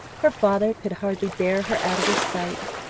her father could hardly bear her out of his sight,